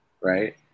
right